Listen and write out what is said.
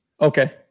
Okay